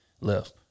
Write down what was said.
left